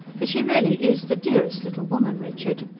for she really is the dearest little woman, richard.